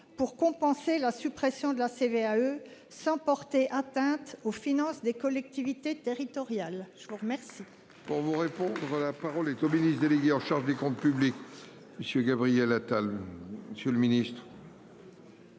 pour compenser la suppression de la CVAE sans porter atteinte aux finances des collectivités territoriales, je vous remercie.